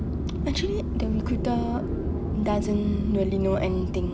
actually the recruiter doesn't really know anything